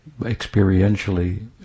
experientially